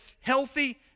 healthy